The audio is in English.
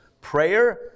Prayer